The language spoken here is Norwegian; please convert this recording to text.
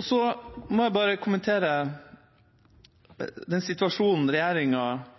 Så må jeg bare kommentere den situasjonen regjeringa